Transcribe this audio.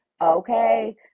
okay